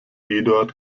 eduard